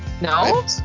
No